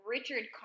Richard